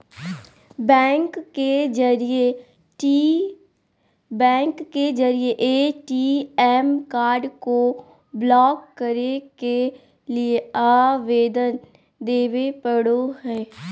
bank के जरिए ATM card को ब्लॉक करे के लिए आवेदन देबे पड़ो हइ